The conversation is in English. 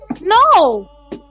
no